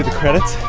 ah credits?